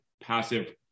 passive